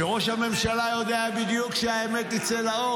שראש הממשלה יודע בדיוק שהאמת תצא לאור.